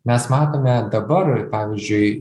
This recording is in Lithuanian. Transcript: mes matome dabar pavyzdžiui